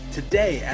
today